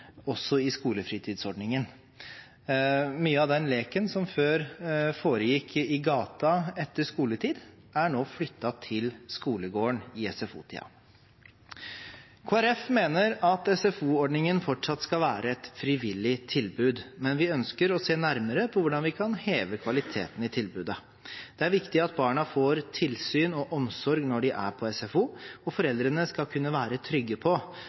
også i skolefritidsordningen. Mye av den leken som før foregikk i gaten etter skoletid, er nå flyttet til skolegården i SFO-tiden. Kristelig Folkeparti mener at SFO-ordningen fortsatt skal være et frivillig tilbud, men vi ønsker å se nærmere på hvordan vi kan heve kvaliteten i tilbudet. Det er viktig at barna får tilsyn og omsorg når de er på SFO, og foreldrene skal kunne være trygge på